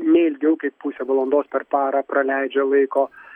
ne ilgiau kaip pusę valandos per parą praleidžia laiko